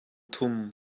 thum